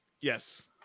Yes